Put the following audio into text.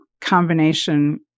combination